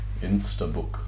Instabook